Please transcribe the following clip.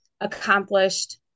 accomplished